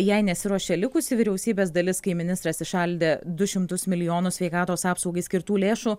jai nesiruošė likusi vyriausybės dalis kai ministras įšaldė du šimtus milijonų sveikatos apsaugai skirtų lėšų